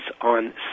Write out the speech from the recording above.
on